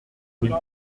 mille